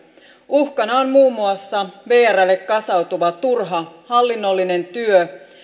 uhkana on muun muassa vrlle kasautuva turha hallinnollinen työ